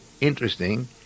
interesting